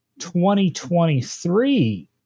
2023